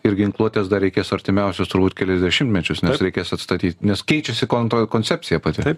ir ginkluotės dar reikės artimiausius turbūt kelis dešimtmečius nes reikės atstatyti nes keičiasi konto koncepcija pati